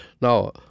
Now